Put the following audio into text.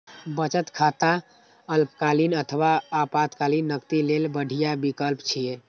बचत खाता अल्पकालीन अथवा आपातकालीन नकदी लेल बढ़िया विकल्प छियै